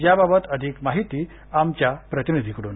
याबाबत अधिक माहिती आमच्या प्रतिनिधीकडून